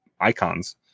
icons